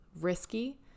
risky